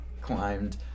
climbed